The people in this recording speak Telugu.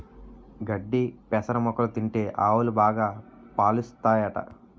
గడ్డి పెసర మొక్కలు తింటే ఆవులు బాగా పాలుస్తాయట